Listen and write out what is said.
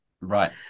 Right